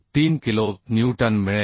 3 kilo newton मिळेल